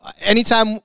anytime